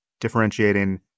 differentiating